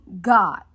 God